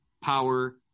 power